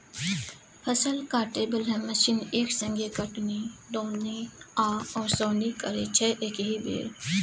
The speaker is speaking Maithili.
फसल काटय बला मशीन एक संगे कटनी, दौनी आ ओसौनी करय छै एकहि बेर